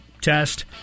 test